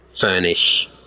furnish